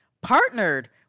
partnered